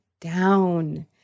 down